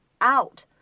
out